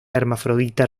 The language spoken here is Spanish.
hermafrodita